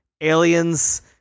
aliens